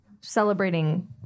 celebrating